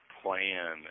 plan